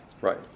Right